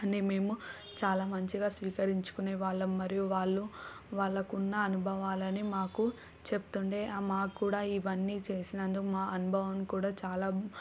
దాన్ని మేము చాలా మంచిగా స్వీకరించుకునేవాళ్ళము మరియు వాళ్ళు వాళ్ళకి ఉన్న అనుభవాలని మాకు చెప్తుండే మాకు కూడా ఇవన్నీ చేసినందుకు మా అనుభవం కూడా చాలా